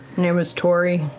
name was tori.